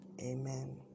amen